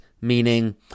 meaning